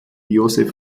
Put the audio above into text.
josef